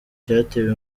cyatewe